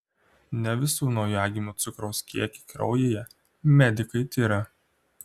ne visų naujagimių cukraus kiekį kraujyje medikai tiria